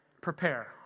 prepare